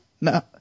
No